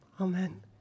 Amen